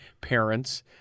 parents